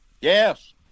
Yes